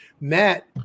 Matt